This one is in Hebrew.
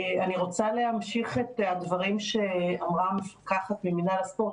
אני רוצה להמשיך את הדברים שאמרה המפקחת במינהל הספורט,